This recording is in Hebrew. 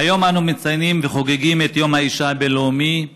היום אנו מציינים וחוגגים את יום האישה הבין-לאומי.